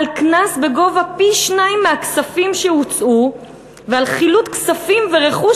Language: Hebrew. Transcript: על קנס בגובה פי-שניים מהכספים שהוצאו ועל חילוט כספים ורכוש,